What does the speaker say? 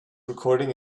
recording